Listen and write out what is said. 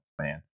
man